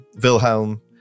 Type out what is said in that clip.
Wilhelm